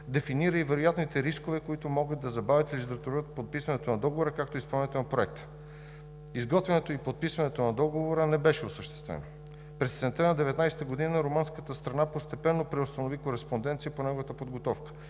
дефинира и вероятните рискове, които могат да забавят или затруднят подписването на договора, както и изпълнението на проекта. Изготвянето и подписването на договора не беше осъществено. През есента на 2019 г. румънската страна постепенно преустанови кореспонденция по неговата подготовка.